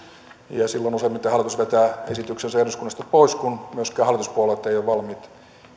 ja silloin useimmiten hallitus vetää esityksensä eduskunnasta pois kun myöskään hallituspuolueet eivät ole valmiit